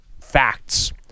Facts